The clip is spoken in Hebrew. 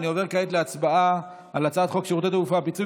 אני עובר כעת להצבעה על הצעת חוק שירותי תעופה (פיצוי